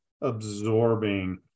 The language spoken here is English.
absorbing